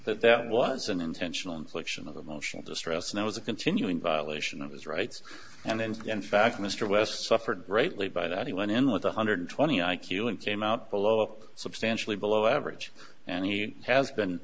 that that was an intentional infliction of emotional distress and it was a continuing violation of his rights and then in fact mr west suffered greatly by that he went in with one hundred twenty i q and came out below up substantially below average and he has been